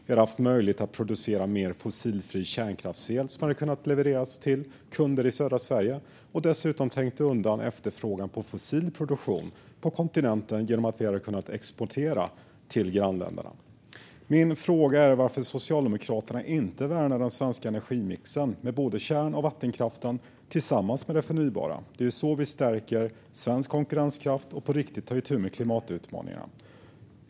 Vi hade haft möjlighet att producera mer fossilfri kärnkraftsel som hade kunnat levereras till kunder i södra Sverige och dessutom hade trängt undan efterfrågan på fossil produktion på kontinenten genom att vi hade kunnat exportera till grannländerna. Min fråga är varför Socialdemokraterna inte värnar den svenska energimixen, med både kärn och vattenkraften, tillsammans med det förnybara? Det är så vi stärker svensk konkurrenskraft och på riktigt tar itu med klimatutmaningarna.